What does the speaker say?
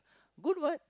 good what